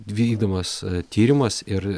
vykdomas tyrimas ir